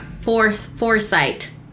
Foresight